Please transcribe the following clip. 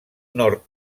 nord